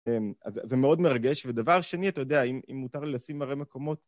כן, אז זה מאוד מרגש, ודבר שני, אתה יודע, אם מותר לי לשים מראה מקומות